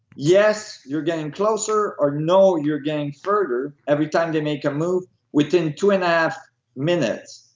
yes, you're getting closer, or, no, you're getting further, every time they make a move within two and a half minutes,